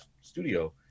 studio